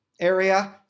area